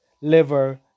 liver